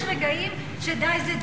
יש רגעים שדי זה די.